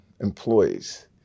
employees